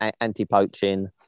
anti-poaching